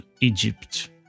Egypt